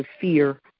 fear